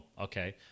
Okay